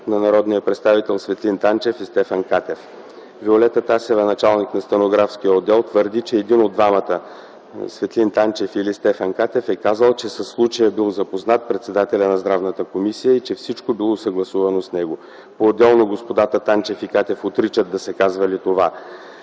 на народния представител Светлин Танчев и Стефан Катев? Виолета Тасева, началник на Стенографския отдел, твърди, че един от двамата - Светлин Танчев или Стефан Катев, е казал, че със случая бил запознат председателят на Здравната комисия и че всичко било съгласувано с него. Поотделно господата Танчев и Катев отричат да са казвали това.